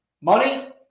money